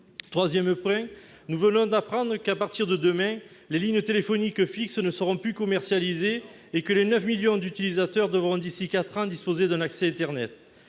moindre. Enfin, nous venons d'apprendre que, à partir de demain, les lignes de téléphonie fixe ne seront plus commercialisées et que les 9 millions d'utilisateurs actuels devront disposer d'un accès internet